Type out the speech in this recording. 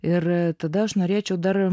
ir tada aš norėčiau dar